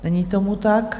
Není tomu tak.